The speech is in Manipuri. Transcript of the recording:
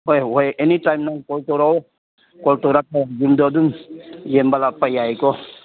ꯍꯣꯏ ꯍꯣꯏ ꯑꯦꯅꯤꯇꯥꯏꯝ ꯅꯪ ꯀꯣꯜ ꯇꯧꯔꯛꯑꯣ ꯀꯣꯜ ꯇꯧꯔꯛꯄꯒ ꯌꯨꯝꯗꯣ ꯑꯗꯨꯝ ꯌꯦꯡꯕ ꯂꯥꯛꯄ ꯌꯥꯏꯌꯦꯀꯣ